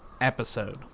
episode